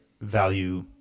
value